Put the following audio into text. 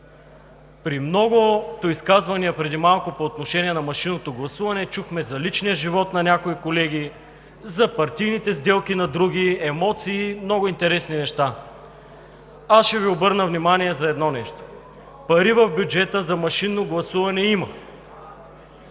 При многото изказвания преди малко по отношение на машинното гласуване чухме за личния живот на някои колеги, за партийните сделки на други, емоции – много интересни неща. Ще Ви обърна внимание на едно нещо. Пари в бюджета за машинно гласуване има!